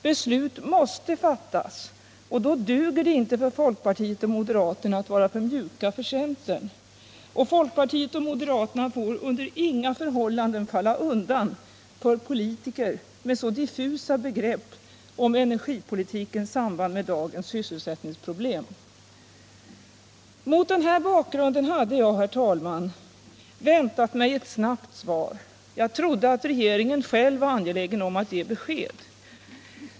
—-—-- Beslut måste fattas och då duger det inte för folkpartiet och moderaterna att vara för mjuka mot centern. -—-—- Och folkpartiet och moderaterna får under inga förhållanden falla undan för en politiker med så diffusa begrepp om energipolitikens samband med dagens sysselsättningsproblem. --- Herr talman! Mot denna bakgrund hade jag väntat mig ett snabbt svar. Jag trodde att regeringen själv var angelägen om att ge besked.